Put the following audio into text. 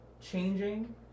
changing